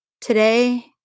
Today